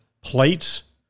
plates